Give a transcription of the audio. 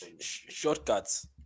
shortcuts